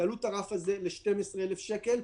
תעלו את הרף הזה ל-12,000 שקל.